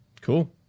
Cool